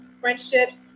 friendships